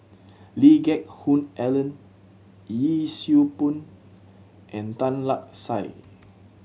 Lee Geck Hoon Ellen Yee Siew Pun and Tan Lark Sye